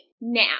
Now